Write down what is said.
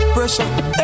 Pressure